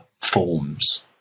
forms